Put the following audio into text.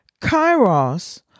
Kairos